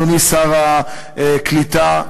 אדוני שר העלייה והקליטה,